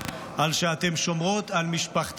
ובמקרה